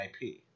IP